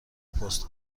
پست